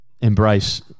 embrace